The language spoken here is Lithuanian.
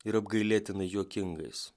ir apgailėtinai juokingais